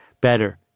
Better